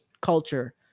culture